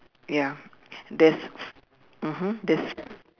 ya there's mmhmm there's